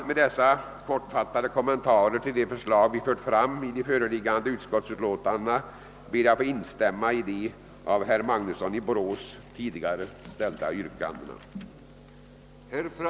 Med dessa kortfattade kommentarer till de förslag vi fört fram 1 förevarande utskottsutlåtanden ber jag att få instämma i de yrkanden som herr Magnusson i Borås tidigare framställt. Jag yrkar även bifall till reservationerna i bankoutskottets utlåtande nr 38.